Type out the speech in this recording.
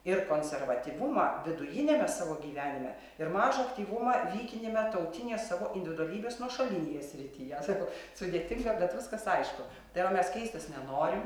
ir konservatyvumą vidujiniame savo gyvenime ir mažą aktyvumą vykiniame tautinės savo individualybės nuošalinėje srityje sako sudėtinga bet viskas aišku tai yra mes keistis nenorim